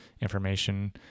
information